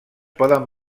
poden